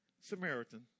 Samaritan